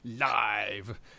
live